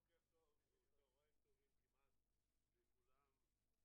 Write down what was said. בוקר טוב, כמעט צוהריים טובים לכולם,